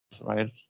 right